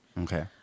Okay